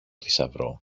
θησαυρό